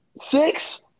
six